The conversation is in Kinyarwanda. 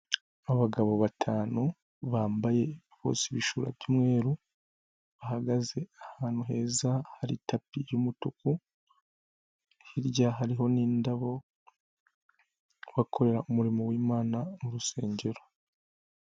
Abagabo batanu bambaye bose ibishyura by'umweru bahagaze ahantu heza hari tapi y'umutuku, hirya hariho n'indabo, bakorera umurimo w'Imana mu rusengero.